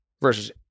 versus